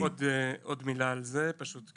אז אני אגיד עוד מילה על זה, פשוט,